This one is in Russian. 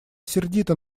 сердита